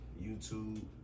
YouTube